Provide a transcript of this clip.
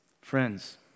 Friends